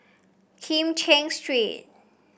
Kim Cheng Street